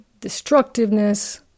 destructiveness